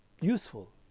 useful